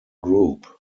group